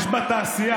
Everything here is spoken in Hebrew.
רגולציה